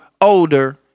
older